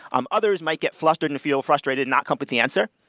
um others might get flustered and feel frustrated and not come up with the answer.